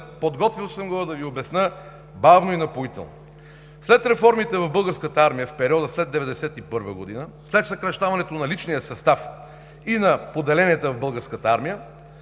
подготвил съм го да Ви обясня бавно и напоително. След реформите в Българската армия в периода след 1991 г., след съкращаването на личния състав и на поделенията в Българската армия,